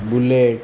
bullet